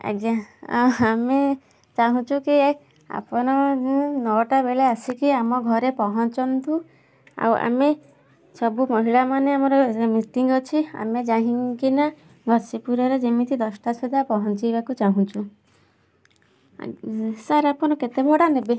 ଆଜ୍ଞା ଆମେ ଚାହୁଁଛୁ କି ଆପଣ ନଅଟା ବେଳେ ଆସିକି ଆମ ଘରେ ପହଞ୍ଚନ୍ତୁ ଆଉ ଆମେ ସବୁ ମହିଳା ମାନେ ଆମର ମିଟିଂ ଅଛି ଆମେ ଯାଇକିନା ଘଷିପୁରାରେ ଯେମିତି ଦଶଟା ସୁଦ୍ଧା ପହଞ୍ଚିବାକୁ ଚାହୁଁଛୁ ସାର୍ ଆପଣ କେତେ ଭଡ଼ା ନେବେ